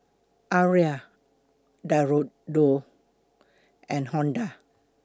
Arai Diadora and Honda